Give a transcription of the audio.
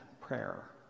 prayer